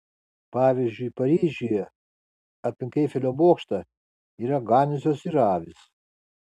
pavyzdžiui paryžiuje aplink eifelio bokštą yra ganiusios ir avys